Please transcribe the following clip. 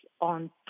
on